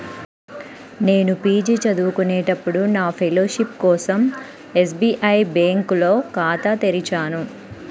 నేను పీజీ చదువుకునేటప్పుడు నా ఫెలోషిప్ కోసం ఎస్బీఐ బ్యేంకులో ఖాతా తెరిచాను